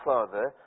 Father